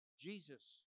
Jesus